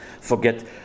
forget